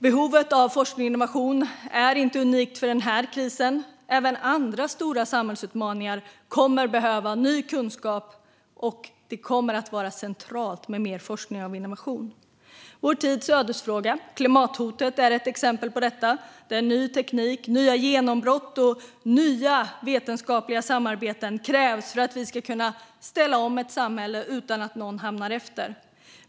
Behovet av forskning och innovation är inte unikt för den här krisen; även andra stora samhällsutmaningar kommer att kräva ny kunskap, och det kommer att vara centralt med mer forskning och innovation. Vår tids ödesfråga, klimathotet, är ett exempel på detta. Ny teknik, nya genombrott och nya vetenskapliga samarbeten krävs för att vi ska kunna ställa om samhället utan att någon hamnar efter.